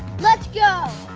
let's go.